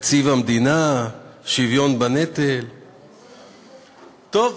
תקציב המדינה ושוויון בנטל, טוב,